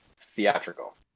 theatrical